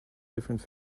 different